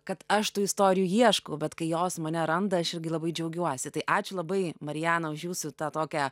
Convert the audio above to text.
kad aš tų istorijų ieškau bet kai jos mane randa aš irgi labai džiaugiuosi tai ačiū labai mariana už jūsų tą tokią